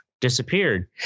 disappeared